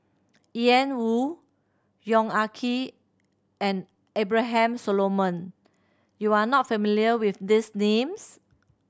Ian Woo Yong Ah Kee and Abraham Solomon you are not familiar with these names